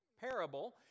parable